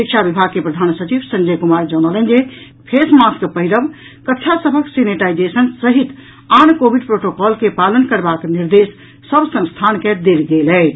शिक्षा विभाग के प्रधान सचिव संजय कुमार जनौलनि जे फेस मास्क पहिरब कक्षा सभक सेनेटाईजेशन सहित आन कोविड प्रोटोकॉल के पालन करबाक निर्देश सभ संस्थान के देल गेल अछि